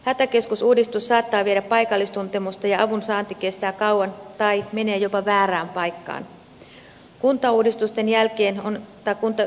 hätäkeskusuudistus saattaa viedä paikallistuntemusta ja avun saanti kestää kauan tai menee jopa väärään paikkaan